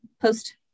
post